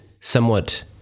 somewhat